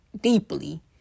deeply